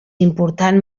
important